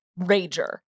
rager